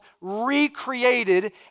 recreated